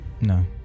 No